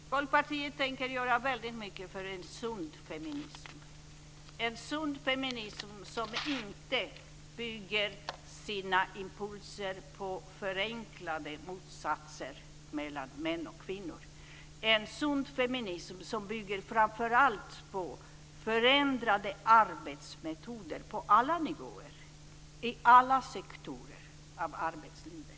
Herr talman! Folkpartiet tänker göra väldigt mycket för en sund feminism - en sund feminism som inte bygger sina impulser på förenklade motsättningar mellan män och kvinnor, en sund feminism som framför allt bygger på förändrade arbetsmetoder på alla nivåer, i alla sektorer av arbetslivet.